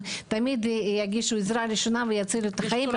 הם תמיד יגישו עזרה ראשונה ויצילו חיים,